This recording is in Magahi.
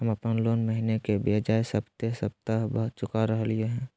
हम अप्पन लोन महीने के बजाय सप्ताहे सप्ताह चुका रहलिओ हें